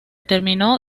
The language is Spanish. terminó